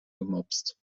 gemopst